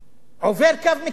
עובר קו מקשר.